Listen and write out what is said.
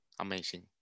Amazing